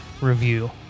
review